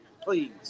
Please